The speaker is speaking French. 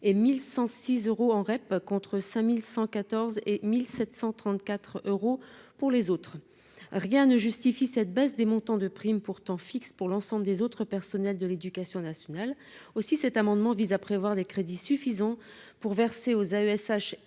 et 1106 euros en REP, contre 5114 et 1734 euros pour les autres, rien ne justifie cette baisse des montants de prime pourtant fixe pour l'ensemble des autres personnels de l'Éducation nationale aussi, cet amendement vise à prévoir des crédits suffisants pour verser aux AESH